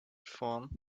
form